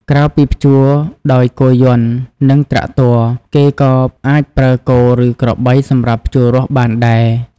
ក្រៅពីភ្ជួរដោយគោយន្តនឹងត្រាក់ទ័រ គេក៏អាចប្រើគោ ឬក្របីសម្រាប់ភ្ជួររាស់បានដែរ។